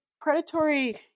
predatory